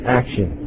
action